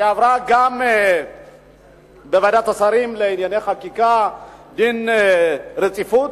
שגם עברה בוועדת שרים לענייני חקיקה דין רציפות,